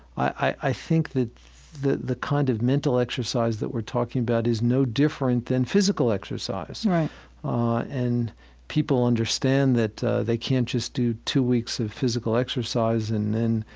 i think that the the kind of mental exercise that we're talking about is no different than physical exercise. and people understand that they can't just do two weeks of physical exercise and then